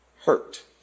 hurt